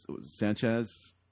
Sanchez